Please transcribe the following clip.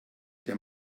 der